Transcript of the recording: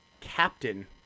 Captain